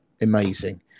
amazing